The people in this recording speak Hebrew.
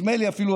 נדמה לי אפילו,